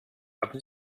haben